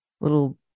little